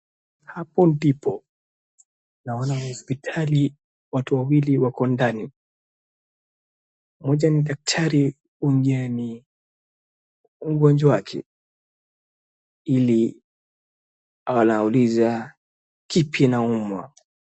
Hapo ndipo naona hospitali watu wawili wako ndani, mmoja ni daktari mwingine ni mgonjwa wake ili anauliza kipi inaumwa.